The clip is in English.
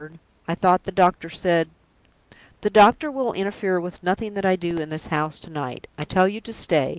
i thought the doctor said the doctor will interfere with nothing that i do in this house to-night. i tell you to stay.